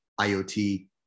IoT